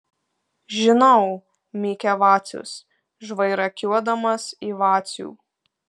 žinau mykia vacius žvairakiuodamas į vacių